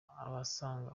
abasanga